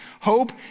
hope